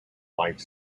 life